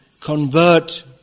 convert